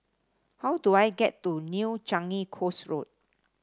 how do I get to New Changi Coast Road